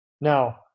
Now